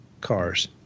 cars